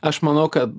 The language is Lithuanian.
aš manau kad